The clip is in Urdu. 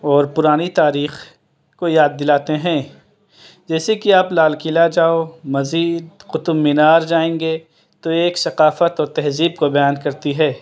اور پرانی تاریخ کو یاد دلاتے ہیں جیسے کہ آپ لال قلعہ جاؤ مزید قطب مینار جائیں گے تو ایک ثقافت اور تہذیب کو بیان کرتی ہے